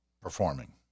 performing